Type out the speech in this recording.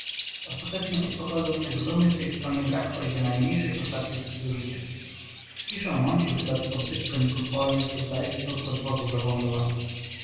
ostatecznie uspokoił mnie zupełny w tej stronie brak choćby najmniejszej poszlaki ludzkiego życia ciszę mącił chyba tylko bzyk koników polnych lub daleki turkot wozu za